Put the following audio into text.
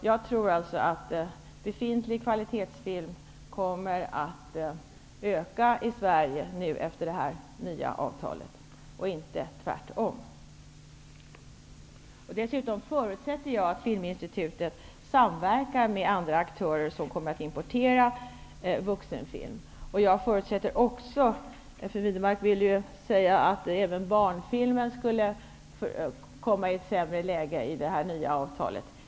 Jag tror att utbudet av kvalitetsfilm kommer att öka i Sverige efter det nya avtalet, inte tvärtom. Dessutom förutsätter jag att Filminstitutet samverkar med andra aktörer som kommer att importera vuxenfilm. Fru Widnemark ville säga att även barnfilmen skulle komma i ett sämre läge genom det nya avtalet.